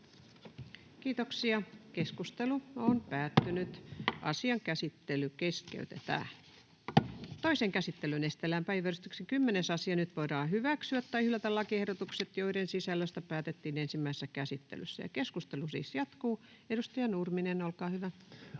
eräiksi muiksi laeiksi Time: N/A Content: Toiseen käsittelyyn esitellään päiväjärjestyksen 10. asia. Nyt voidaan hyväksyä tai hylätä lakiehdotukset, joiden sisällöstä päätettiin ensimmäisessä käsittelyssä. — Keskustelu siis jatkuu. Edustaja Nurminen, olkaa hyvä.